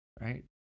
Right